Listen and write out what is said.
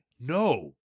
No